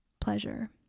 pleasure